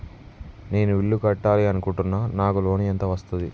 నేను ఇల్లు కట్టాలి అనుకుంటున్నా? నాకు లోన్ ఎంత వస్తది?